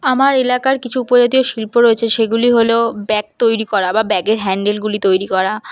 আমার এলাকার কিছু উপজাতীয় শিল্প রয়েছে সেগুলি হলো ব্যাগ তৈরি করা বা ব্যাগের হ্যান্ডেলগুলি তৈরি করা